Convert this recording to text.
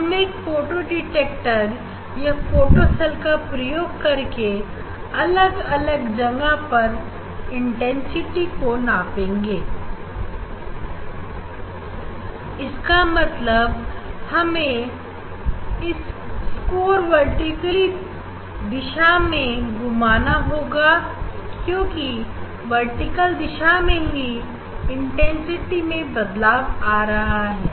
हम एक photo detector या फोटो सेल का प्रयोग करके अलग अलग जगह पर इंटेंसिटी को ना पाएंगे इसका मतलब हमें स्कोर वर्टिकल दिशा में घुमाना होगा क्योंकि वर्टिकल दिशा में ही इंटेंसिटी में बदलाव आ रहा है